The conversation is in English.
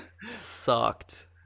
sucked